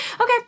Okay